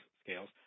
scales